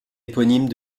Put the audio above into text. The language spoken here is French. éponyme